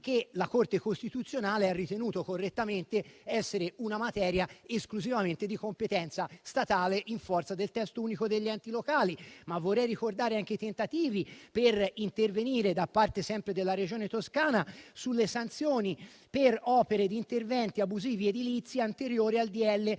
che la Corte costituzionale ha ritenuto correttamente essere una materia di competenza esclusivamente statale in forza del testo unico degli enti locali. Vorrei ricordare però anche i tentativi di intervenire, sempre da parte della Regione Toscana, sulle sanzioni per opere ed interventi abusivi edilizi anteriori alla